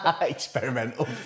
Experimental